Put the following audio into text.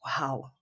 Wow